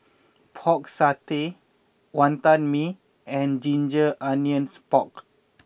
Pork Satay Wantan Mee and Ginger Onions Pork